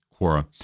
Quora